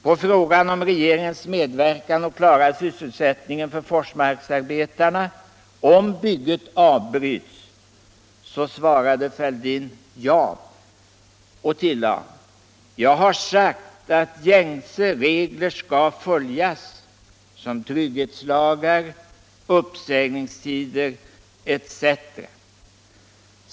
På frågan om regeringens medverkan till att klara sysselsättningen för Forsmarksarbetarna om bygget avbryts svarade herr Fälldin ja och tillade: Jag har sagt att gängse regler skall följas — trygghetslagar, uppsägningstider etc.